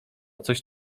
coś